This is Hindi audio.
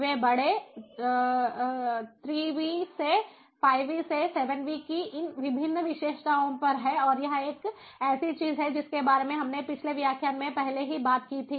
वे बड़े 3 V से 5 V से 7 V की इन विभिन्न विशेषताओं पर हैं और यह एक ऐसी चीज है जिसके बारे में हमने पिछले व्याख्यान में पहले ही बात की थी